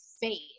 face